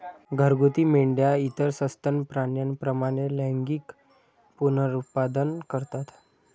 घरगुती मेंढ्या इतर सस्तन प्राण्यांप्रमाणे लैंगिक पुनरुत्पादन करतात